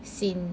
seen